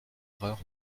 erreur